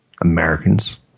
Americans